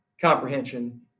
comprehension